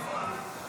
אחרון הדוברים,